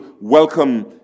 welcome